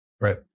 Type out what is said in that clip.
Right